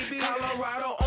Colorado